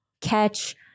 catch